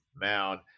mound